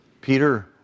Peter